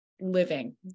living